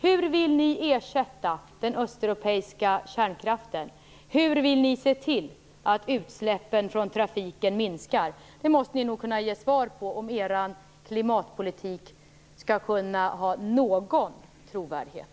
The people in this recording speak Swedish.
Hur vill ni ersätta den östeuropeiska kärnkraften? Hur vill ni se till att utsläppen från trafiken minskar? De frågorna måste ni nog kunna ge svar på om er klimatpolitik skall kunna ha någon trovärdighet.